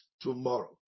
tomorrow